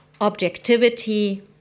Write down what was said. objectivity